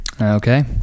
Okay